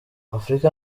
afurika